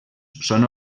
són